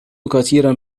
كثيرا